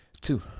Two